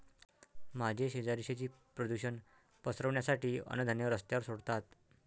माझे शेजारी शेती प्रदूषण पसरवण्यासाठी अन्नधान्य रस्त्यावर सोडतात